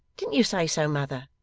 didn't you say so, mother